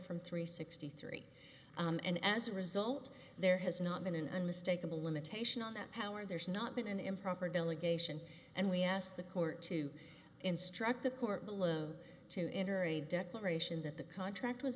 from three sixty three and as a result there has not been an unmistakable limitation on that power there's not been an improper delegation and we asked the court to instruct the court below to enter a declaration that the contract w